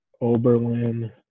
Oberlin